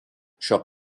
šio